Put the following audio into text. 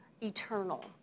eternal